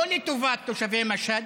לא לטובת תושבי משהד,